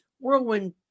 whirlwind